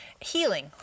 healing